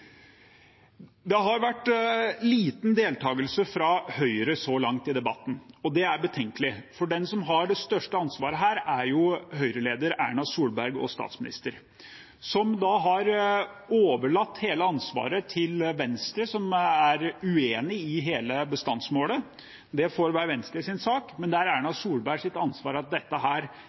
Det har vært liten deltakelse fra Høyre så langt i debatten. Det er betenkelig, for den som har det største ansvaret her, er jo Høyre-leder og statsminister Erna Solberg, som har overlatt hele ansvaret til Venstre, som er uenig i hele bestandsmålet. Det får være Venstres sak, men det er Erna Solbergs ansvar at dette